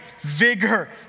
vigor